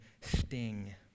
sting